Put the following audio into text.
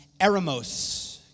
eremos